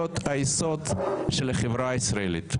הקודמת הצלחתי להביא בשורה אמיתית.